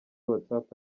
whatsapp